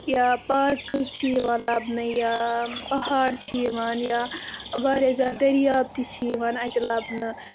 یا پارکٕز چھِ یِوان لَبنہٕ یا پہاڑ چھِ یِوان یا واریاہ زیادٕ دٔریاب تہِ چھِ یِوان اَتہِ لَبنہٕ